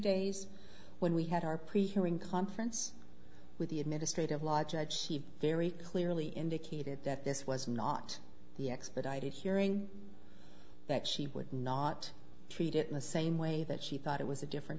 days when we had our pre hearing conference with the administrative law judge she very clearly indicated that this was not the expedited hearing that she would not treat it in the same way that she thought it was a different